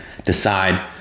decide